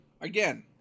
again